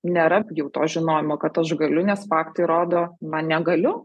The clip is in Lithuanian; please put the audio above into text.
nėra jau to žinojimo kad aš galiu nes faktai rodo na negaliu